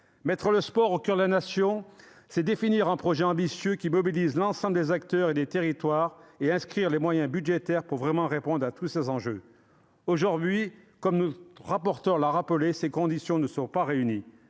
Mettre le sport au coeur de la Nation », c'est définir un projet ambitieux qui mobilise l'ensemble des acteurs et des territoires et prévoir les moyens budgétaires permettant de réellement répondre à tous ces enjeux. Aujourd'hui, comme notre rapporteur pour avis l'a rappelé, ces conditions ne sont pas réunies.